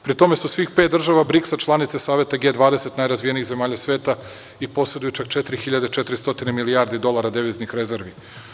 Pri tome su svih pet država BRIKS-a članice Saveta G20 najrazvijenijih zemalja sveta i poseduju čak 400 milijardi dolara deviznih rezervi.